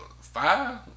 five